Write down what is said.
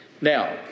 Now